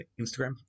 instagram